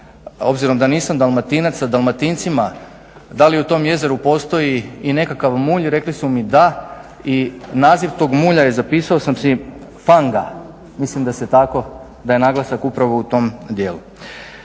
obzirom da nisam Dalmatinac, s Dalmatincima da li u tom jezeru postoji i nekakav mulj, rekli su mi da. Naziv tog mulja, zapisao sam si, Fanga, da je naglasak upravo u tom dijelu.